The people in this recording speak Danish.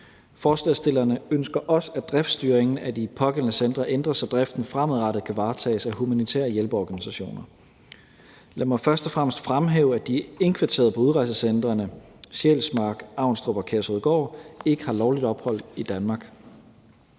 Forslagsstillerne ønsker også, at driftstyringen af de pågældende centre ændres, så driften fremadrettet kan varetages af humanitære hjælpeorganisationer. Lad mig først og fremmest fremhæve, at de indkvarterede på udrejsecentrene Sjælsmark, Avnstrup og Kærshovedgård ikke har lovligt ophold i Danmark.